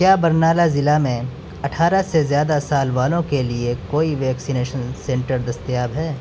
کیا برنالہ ضلع میں اٹھارہ سے زیادہ سال والوں کے لیے کوئی ویکسینیشن سنٹر دستیاب ہے